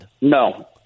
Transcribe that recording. No